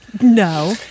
No